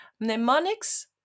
Mnemonics